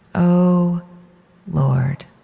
o lord